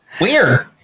Weird